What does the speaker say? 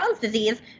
disease